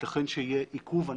יתכן שיהיה עיכוב.